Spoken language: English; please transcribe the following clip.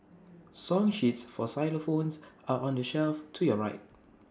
song sheets for xylophones are on the shelf to your right